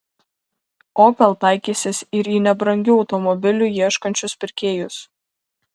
opel taikysis ir į nebrangių automobilių ieškančius pirkėjus